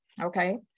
okay